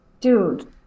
Dude